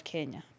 Kenya